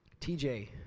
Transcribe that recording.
TJ